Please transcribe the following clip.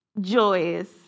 joyous